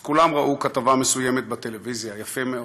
אז כולם ראו כתבה מסוימת בטלוויזיה, יפה מאוד,